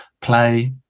play